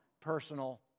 personal